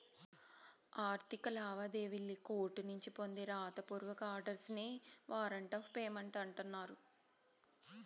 ఆర్థిక లావాదేవీల్లి కోర్టునుంచి పొందే రాత పూర్వక ఆర్డర్స్ నే వారంట్ ఆఫ్ పేమెంట్ అంటన్నారు